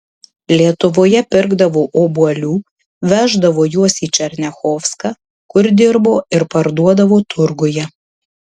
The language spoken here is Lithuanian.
lietuvoje pirkdavo obuolių veždavo juos į černiachovską kur dirbo ir parduodavo turguje